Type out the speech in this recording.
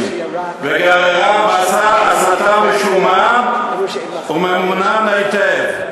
וגררה מסע הסתה משומן וממומן היטב.